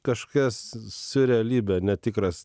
kažkas siurealybė netikras